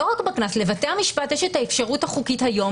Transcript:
לבתי המשפט יש את האפשרות החוקית היום